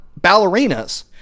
ballerinas